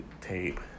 tape